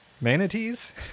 Manatees